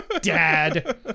Dad